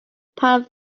pound